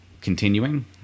continuing